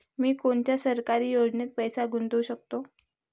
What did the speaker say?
मी कोनच्या सरकारी योजनेत पैसा गुतवू शकतो?